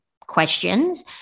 questions